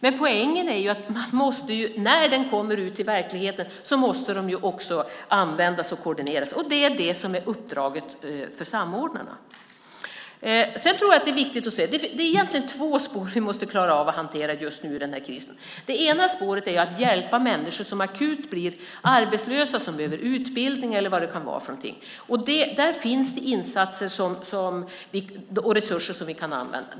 Men poängen är ju att när de kommer ut i verkligheten måste de också användas och koordineras. Det är det som är samordnarnas uppdrag. Sedan tror jag att det är viktigt att säga att det egentligen är två spår vi måste klara av att hantera just nu i den här krisen. Det ena spåret är att hjälpa människor som akut blir arbetslösa, som behöver utbildning eller vad det kan vara för någonting. Där finns det insatser och resurser som vi kan använda.